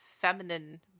feminine